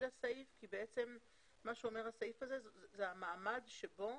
לסעיף כי בעצם מה שאומר הסעיף הזה זה המעמד שבו